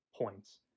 points